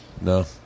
No